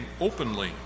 openly